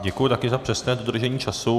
Děkuji také za přesné dodržení času.